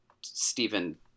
Stephen